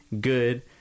good